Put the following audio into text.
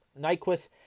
Nyquist